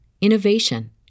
innovation